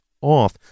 off